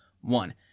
one